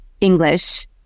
English